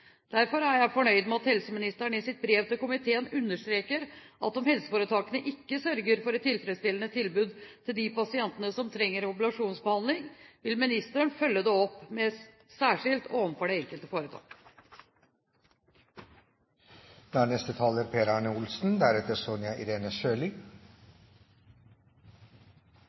Derfor er jeg fornøyd med at helseministeren i sitt brev til komiteen understreker at om helseforetakene ikke sørger for et tilfredsstillende tilbud til de pasienter som trenger ablasjonsbehandling, vil ministeren følge det opp særskilt overfor det enkelte foretak. Det er